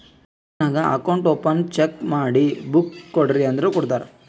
bank ನಾಗ್ account open cheque ಮಾಡಿ book ಕೊಡ್ರಿ ಅಂದುರ್ ಕೊಡ್ತಾರ್